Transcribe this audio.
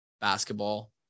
basketball